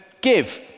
give